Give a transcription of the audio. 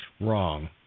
wrong